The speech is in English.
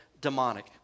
demonic